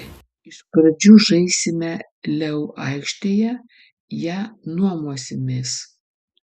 iš pradžių žaisime leu aikštėje ją nuomosimės